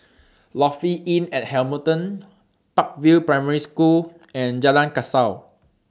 Lofi Inn At Hamilton Park View Primary School and Jalan Kasau